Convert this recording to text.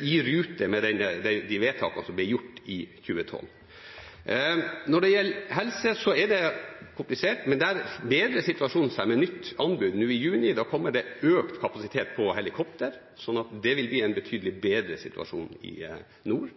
i rute med de vedtakene som ble gjort i 2012. Når det gjelder helse, er det komplisert, men der bedrer situasjonen seg – med nytt anbud – nå i juni. Da kommer det økt helikopterkapasitet, slik at det vil gi en betydelig bedre situasjon i nord.